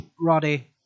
Roddy